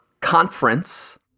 conference